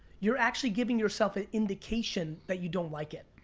you're actually giving yourself an indication that you don't like it.